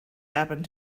happened